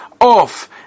off